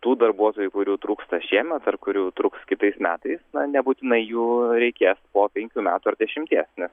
tu darbuotojų kurių trūksta šiemet ar kurių trūks kitais metais na nebūtinai jų reikės po penkių metų ar dešimties nes